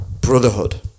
brotherhood